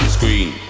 Screen